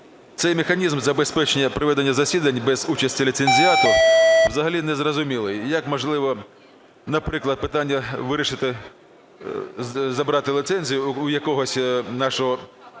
Цей механізм забезпечення проведення засідань без участі ліцензіату взагалі незрозумілий. І як можливо, наприклад, питання вирішити, забрати ліцензію в якогось нашого